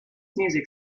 music